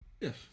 Yes